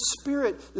spirit